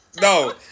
No